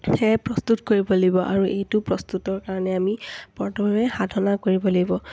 সেয়ে প্ৰস্তুত কৰিব লাগিব আৰু এইটো প্ৰস্তুতৰ কাৰণে আমি প্ৰথমে সাধনা কৰিব লাগিব